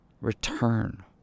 Return